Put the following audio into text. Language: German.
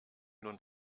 nun